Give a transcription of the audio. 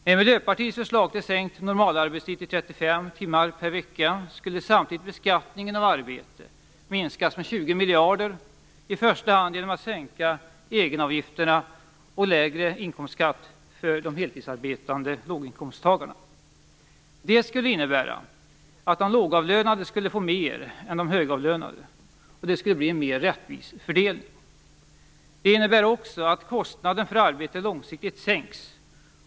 Med Miljöpartiets förslag om sänkt normalarbetstid till 35 timmar per vecka skulle samtidigt beskattningen av arbete minskas med 20 miljarder, i första hand genom sänkta egenavgifter och genom lägre inkomstskatt för heltidsarbetande låginkomsttagare. Det skulle innebära att de lågavlönade fick mera än de högavlönade. Det skulle bli en mera rättvis fördelning. Detta innebär också att kostnaden för arbete långsiktigt sänks.